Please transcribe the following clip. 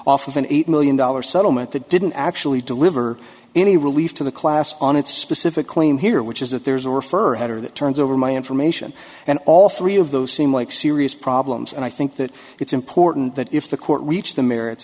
off of an eight million dollars settlement that didn't actually deliver any relief to the class on its specific claim here which is that there's or further that turns over my information and all three of those seem like serious problems and i think that it's important that if the court reach the merits